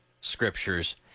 scriptures